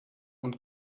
und